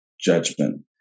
judgment